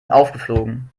aufgeflogen